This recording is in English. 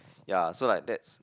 ya so like that's